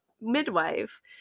midwife